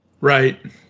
Right